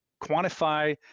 quantify